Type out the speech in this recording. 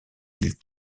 îles